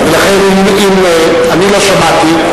אני לא שמעתי,